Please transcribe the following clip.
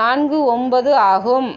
நான்கு ஒன்பது ஆகும்